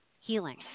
healing